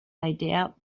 idea